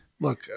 look